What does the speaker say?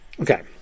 Okay